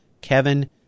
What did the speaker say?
Kevin